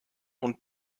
und